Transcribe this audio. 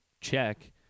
check